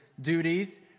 duties